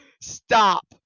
Stop